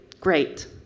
great